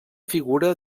figura